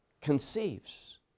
conceives